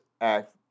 act